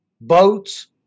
Boats